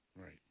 Right